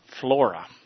flora